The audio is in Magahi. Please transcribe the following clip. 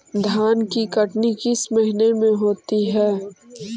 धान की कटनी किस महीने में होती है?